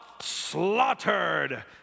slaughtered